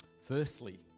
Firstly